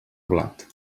blat